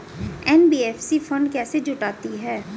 NBFC fund कैसे जुटाती है?